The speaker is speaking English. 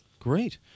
Great